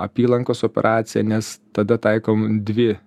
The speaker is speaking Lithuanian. apylankos operaciją nes tada taikom dvi